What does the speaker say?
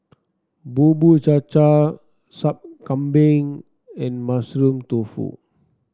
Bubur Cha Cha Sup Kambing and Mushroom Tofu